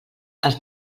els